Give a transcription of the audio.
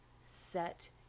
set